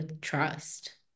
trust